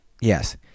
Yes